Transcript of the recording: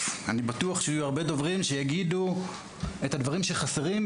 אני בטוח שתכף יהיו הרבה דוברים שיגידו את הדברים שחסרים,